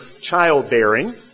childbearing